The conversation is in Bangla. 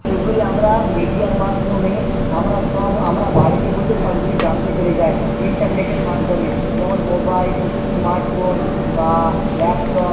সেগুলি আমরা মিডিয়ার মাধ্যমে আমরা সব আমরা বাড়িতে বসে সব কিছু জানতে পেরে যাই ইন্টারনেটের মাধ্যমে যেমন মোবাইল স্মার্ট ফোন বা ল্যাপটপ